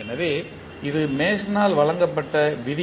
எனவே இது மேசனால் வழங்கப்பட்ட விதி